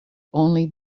only